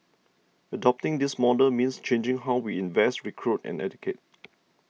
adopting this model means changing how we invest recruit and educate